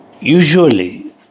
Usually